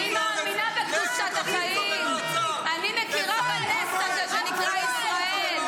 אני מאמינה בקדושת החיים ------- אני מכירה בנס שנקרא ישראל.